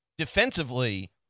defensively